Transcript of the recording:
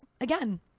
again